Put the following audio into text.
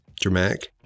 dramatic